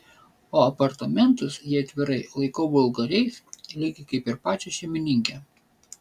o apartamentus jei atvirai laikau vulgariais lygiai kaip ir pačią šeimininkę